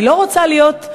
אני לא רוצה להיות,